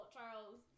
Charles